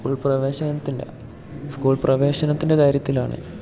school പ്രവേശനത്തിൻ്റെ school പ്രവേശനത്തിൻ്റെ കാര്യത്തിലാണ്